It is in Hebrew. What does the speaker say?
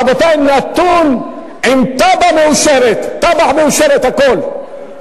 רבותי, נתון עם תב"ע מאושרת, תב"ע מאושרת, הכול.